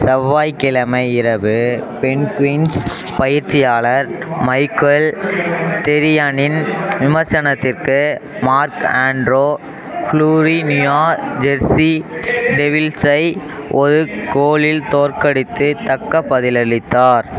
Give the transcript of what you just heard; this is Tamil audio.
செவ்வாய்க்கிழமை இரவு பென்குயின்ஸ் பயிற்சியாளர் மைக்கேல் தெரியனின் விமர்சனத்திற்கு Marc Andre Fleury New Jersey டெவில்ஸை ஒரு கோலில் தோற்கடித்து தக்க பதிலளித்தார்